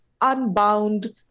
unbound